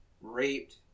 raped